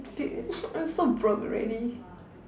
empty I'm so broke already